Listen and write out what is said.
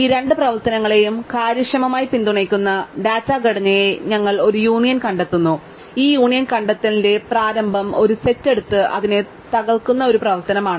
ഈ രണ്ട് പ്രവർത്തനങ്ങളെയും കാര്യക്ഷമമായി പിന്തുണയ്ക്കുന്ന ഡാറ്റാ ഘടനയെ ഞങ്ങൾ ഒരു യൂണിയൻ കണ്ടെത്തുന്നു ഈ യൂണിയൻ കണ്ടെത്തലിന്റെ പ്രാരംഭം ഒരു സെറ്റ് എടുത്ത് അതിനെ തകർക്കുന്ന ഒരു പ്രവർത്തനമാണ്